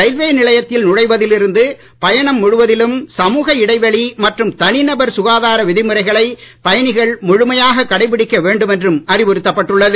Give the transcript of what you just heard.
ரயில் நிலையத்தில் நுழைவதில் இருந்து பயணம் முழுவதிலும் சமூக இடைவெளி மற்றும் தனிநபர் சுகாதார விதிமுறைகளை பயணிகள் முழுமையாக கடைபிடிக்க அறிவுறுத்தப்பட்டுள்ளது